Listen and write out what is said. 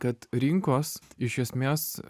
kad rinkos iš esmės